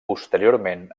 posteriorment